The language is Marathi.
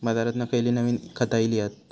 बाजारात खयली नवीन खता इली हत?